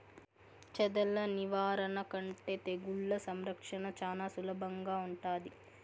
చెదల నివారణ కంటే తెగుళ్ల సంరక్షణ చానా సులభంగా ఉంటాది